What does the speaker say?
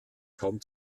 kaum